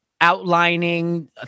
outlining